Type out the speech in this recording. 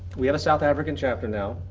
we have a south african chapter now,